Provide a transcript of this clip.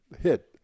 hit